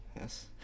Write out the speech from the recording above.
yes